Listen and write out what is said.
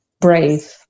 brave